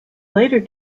later